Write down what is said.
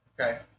Okay